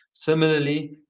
Similarly